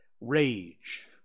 Rage